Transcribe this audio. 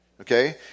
okay